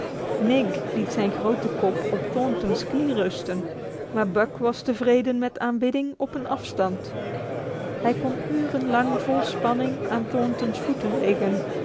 nig liet zijn grote kop op thornton's knie rusten maar buck was tevreden met aanbidding op een afstand hij kon urenlang vol spanning aan thornton's voeten liggen